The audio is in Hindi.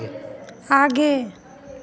आगे